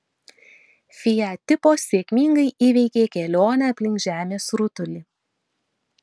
fiat tipo sėkmingai įveikė kelionę aplink žemės rutulį